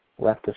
leftist